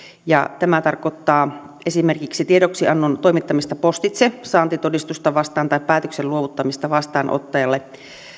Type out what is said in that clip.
tämä tarkoittaa esimerkiksi tiedoksiannon toimittamista postitse saantitodistusta vastaan tai päätöksen luovuttamista vastaanottajalle